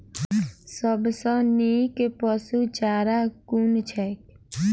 सबसँ नीक पशुचारा कुन छैक?